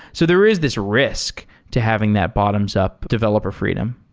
so there is this risk to having that bottoms-up developer freedom